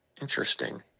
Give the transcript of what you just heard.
interesting